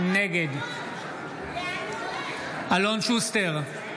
נגד אלון שוסטר,